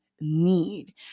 need